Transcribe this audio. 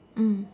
mm